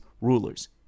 rulers